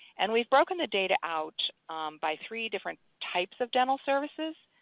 and we've broken the data out by three different types of dental services.